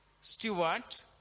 Stewart